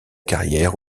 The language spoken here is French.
carrière